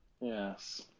Yes